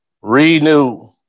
Renew